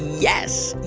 yes,